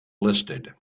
listed